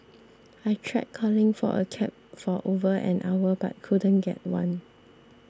I tried calling for a cab for over an hour but couldn't get one